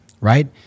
right